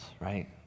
right